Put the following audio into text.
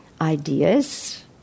ideas